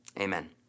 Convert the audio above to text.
Amen